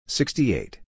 sixty-eight